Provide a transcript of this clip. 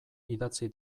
idatzi